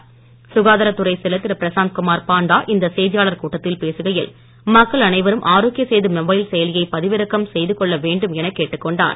மல்லாடி சேர்க்கை சுகாதாரத் துறைச் செயலர் திரு பிரசாந்த் குமார் பாண்டா இந்த செய்தியாளர் கூட்டத்தில் பேசுகையில் மக்கள் அனைவரும் ஆரோக்ய சேது மொபைல் செயலியை பதிவிறக்ககம் செய்து கொள்ள வேண்டும் எனக் கேட்டுக் கொண்டார்